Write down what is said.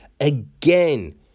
Again